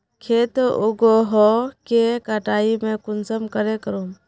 खेत उगोहो के कटाई में कुंसम करे करूम?